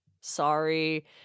Sorry